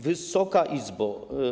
Wysoka Izbo!